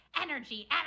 energy